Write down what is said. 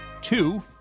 two